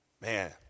Man